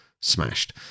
smashed